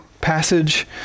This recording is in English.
passage